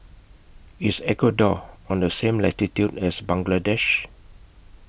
IS Ecuador on The same latitude as Bangladesh